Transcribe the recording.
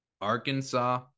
Arkansas